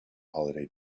holiday